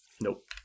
Nope